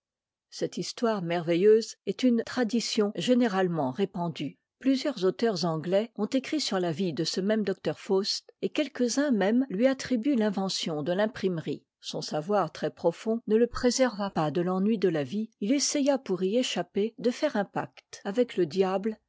cette histoire merveilleuse est une tradition généralement répandue plusieurs auteurs anglais ont écrit sur ia vie de ce même docteur faust et quelques-uns même lui attribuent l'invention dé t'imprimerie son savoir très profond ne le préserva pas de l'ennui de a vie il essaya pour y échapper de faire un pacte avec le diable